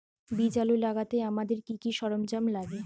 বীজ আলু লাগাতে আমাদের কি কি সরঞ্জাম লাগে?